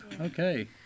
Okay